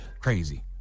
crazy